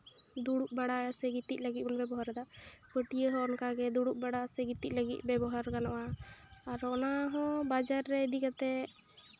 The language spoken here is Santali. ᱫᱩᱲᱩᱵ ᱵᱟᱲᱟᱭᱟ ᱥᱮ ᱜᱤᱛᱤᱡ ᱞᱟᱹᱜᱤᱫ ᱵᱚᱱ ᱵᱮᱵᱚᱦᱟᱨᱫᱟ ᱯᱟᱹᱴᱭᱟᱹ ᱦᱚᱸ ᱚᱱᱠᱟᱜᱮ ᱫᱩᱲᱩᱵ ᱵᱟᱲᱟ ᱥᱮ ᱜᱤᱛᱤᱡ ᱞᱟᱹᱜᱤᱫ ᱵᱮᱵᱚᱦᱟᱨ ᱜᱟᱱᱚᱜᱼᱟ ᱟᱨ ᱚᱱᱟ ᱦᱚᱸ ᱵᱟᱡᱟᱨ ᱨᱮ ᱤᱫᱤ ᱠᱟᱛᱮ